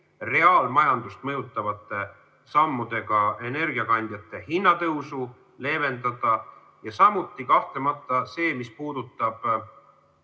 reaalmajandust mõjutavate sammudega energiakandjate hinna tõusu leevendada, ja samuti kahtlemata selles mõttes, mis puudutab